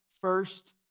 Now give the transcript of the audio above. first